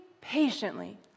patiently